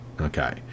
okay